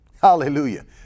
Hallelujah